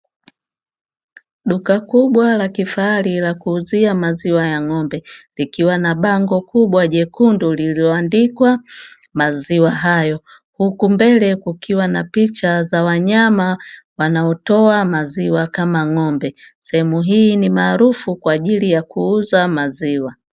Duka kubwa la kifahari la kuuzia maziwa ya ngombe likiwa na bango kubwa jekundu lililoandikwa maziwa hayo, huku mbele kukiwa na picha za wanyama wanaotoa maziwa kama ng’ombe. Sehemu hii ni maarufu kwaajili ya kuuza maziwa.